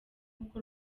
kuko